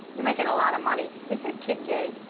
you're making a lot of money. is this kid gay?